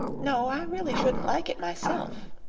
no, i really shouldn't like it myself.